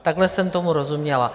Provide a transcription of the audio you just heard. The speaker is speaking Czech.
Takhle jsem tomu rozuměla.